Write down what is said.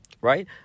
right